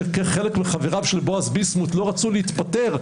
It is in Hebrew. שחלק מחבריו של בועז ביסמוט לא רצו להתפטר,